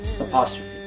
apostrophe